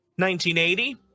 1980